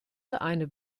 eine